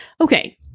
Okay